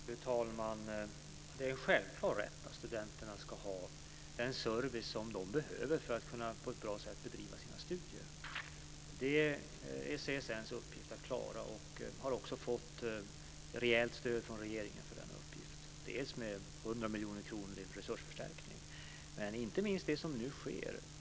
Fru talman! Det är en självklar rätt att studenterna ska ha den service som de behöver för att på ett bra sätt kunna bedriva sina studier. Det är CSN:s uppgift att klara detta, och man har också fått rejält stöd från regeringen för denna uppgift genom 100 miljoner kronor i resursförstärkning och, inte minst, genom det som nu sker.